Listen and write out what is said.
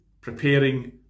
preparing